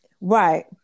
Right